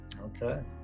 Okay